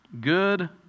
Good